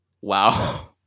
Wow